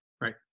Right